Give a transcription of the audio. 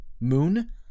Moon